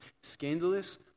scandalous